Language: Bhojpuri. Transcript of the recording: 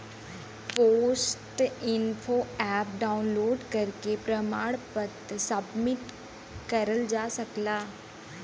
पोस्ट इन्फो एप डाउनलोड करके प्रमाण पत्र सबमिट करल जा सकला